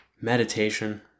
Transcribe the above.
Meditation